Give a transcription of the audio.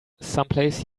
someplace